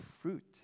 fruit